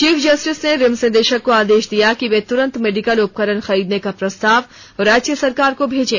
chief justice ने RIMS निदेशक को आदेश दिया कि वे तुरंत मेडिकल उपकरण खरीदर्न का प्रस्ताव राज्य सरकार को भेजें